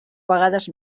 vegades